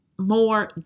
More